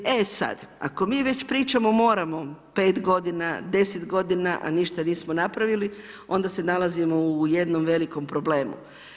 E sad, ako mi već pričamo moramo pet godina, deset godina, a ništa nismo napravili onda se nalazimo u jednom velikom problemu.